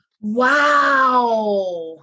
Wow